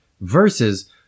versus